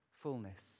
fullness